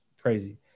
crazy